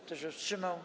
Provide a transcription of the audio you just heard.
Kto się wstrzymał?